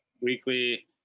Weekly